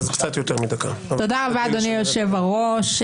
אדוני היושב-ראש,